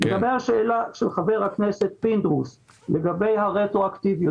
לשאלת חבר הכנסת פינדרוס לגבי הרטרואקטיביות.